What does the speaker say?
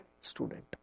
student